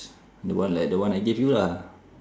the one like the one I gave you lah